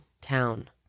town